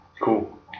Cool